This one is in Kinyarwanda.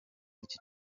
iki